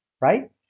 right